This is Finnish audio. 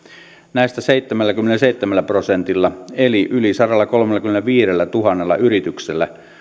näistä seitsemälläkymmenelläseitsemällä prosentilla eli yli sadallakolmellakymmenelläviidellätuhannella yrityksellä